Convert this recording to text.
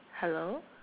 hello